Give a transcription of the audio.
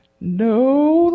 No